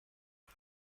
als